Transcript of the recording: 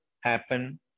happen